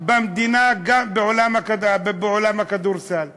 בעולם הכדורסל במדינה.